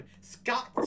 Scott